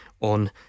on